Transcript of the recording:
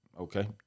okay